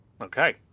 Okay